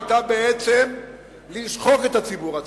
היתה בעצם לשחוק את השידור הציבורי.